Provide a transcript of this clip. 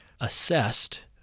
assessed –